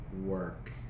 work